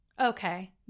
Okay